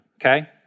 okay